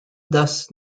thus